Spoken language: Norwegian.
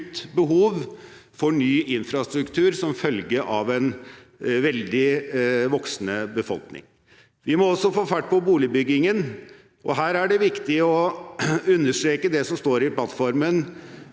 behov for ny infrastruktur som følge av en voksende befolkning. Vi må også få fart på boligbyggingen. Her er det viktig å understreke det som står i plattformen,